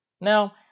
Now